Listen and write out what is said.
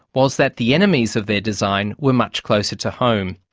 was that the enemies of their design were much closer to home.